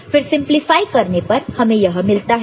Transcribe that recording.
फिर सिंपलीफाई करने पर हमें यह मिलता है